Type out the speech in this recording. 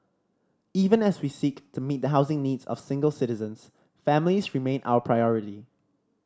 even as we seek to meet the housing needs of single citizens families remain our priority